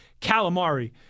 Calamari